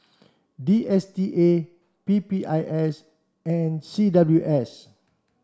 D S T A P P I S and C W S